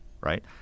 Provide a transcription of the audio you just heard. Right